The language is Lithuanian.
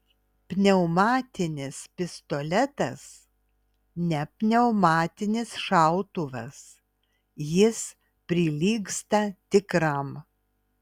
pneumatinis pistoletas ne pneumatinis šautuvas jis prilygsta tikram